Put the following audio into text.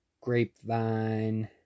Grapevine